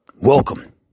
Welcome